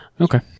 Okay